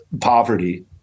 poverty